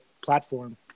platform